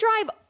drive